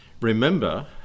Remember